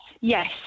yes